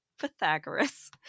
Pythagoras